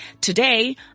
Today